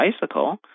bicycle